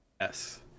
Yes